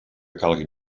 calguin